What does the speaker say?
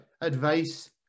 advice